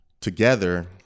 together